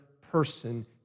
person